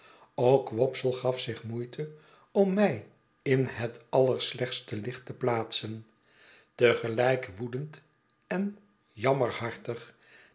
ook wopsle gaf zich moeite om mij in het allerslechtste licht te plaatsen te gelijk woedend en